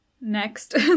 next